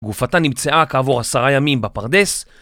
גופתה נמצאה כעבור עשרה ימים בפרדס